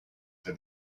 for